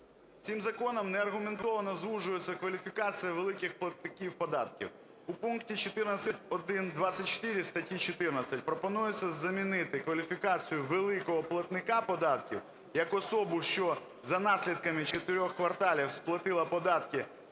Цим законом неаргументовано звужується кваліфікація великих платників податків. У пункті 14.1.24 статті 14 пропонується замінити кваліфікацію великого платника податків як особу, що за наслідками чотирьох кварталів сплатила податки